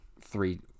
three